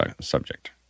subject